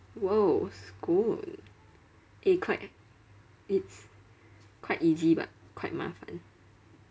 !whoa! scone eh quite it's quite easy but quite 麻烦